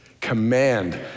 command